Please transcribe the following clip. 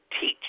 teach